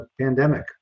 pandemic